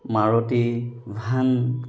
Maruti van